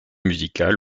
musicales